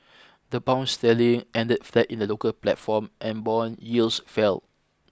the pound sterling ended flat in the local platform and bond yields fell